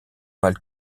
mal